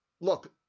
look